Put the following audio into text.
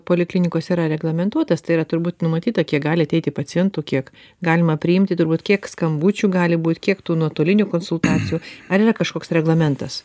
poliklinikose yra reglamentuotas tai yra turbūt numatyta kiek gali ateiti pacientų kiek galima priimti turbūt kiek skambučių gali būt kiek tų nuotolinių konsultacijų ar yra kažkoks reglamentas